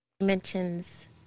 Mentions